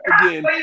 again